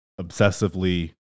obsessively